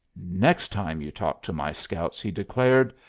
next time you talk to my scouts, he declared,